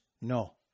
No